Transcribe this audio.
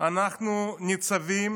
אנחנו ניצבים